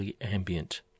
Ambient